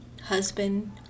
husband